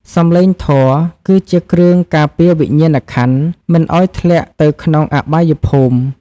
សំឡេងធម៌គឺជាគ្រឿងការពារវិញ្ញាណក្ខន្ធ មិនឱ្យធ្លាក់ទៅក្នុងអបាយភូមិ។